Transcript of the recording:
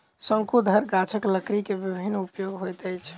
शंकुधर गाछक लकड़ी के विभिन्न उपयोग होइत अछि